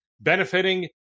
benefiting